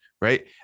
right